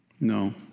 No